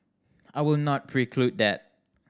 I will not preclude that